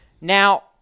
Now